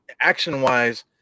action-wise